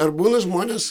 ar būna žmonės